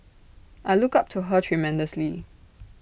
I look up to her tremendously